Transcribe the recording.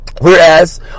whereas